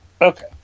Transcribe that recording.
Okay